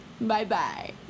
Bye-bye